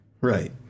Right